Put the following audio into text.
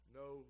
no